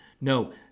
No